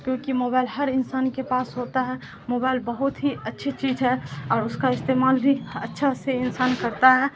کیونکہ موبائل ہر انسان کے پاس ہوتا ہے موبائل بہت ہی اچھی چیز ہے اور اس کا استعمال بھی اچھا سے انسان کرتا ہے